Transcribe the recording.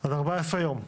אז 14 ימים.